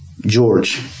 George